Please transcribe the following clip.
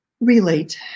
Relate